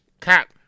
cap